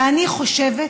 ואני חושבת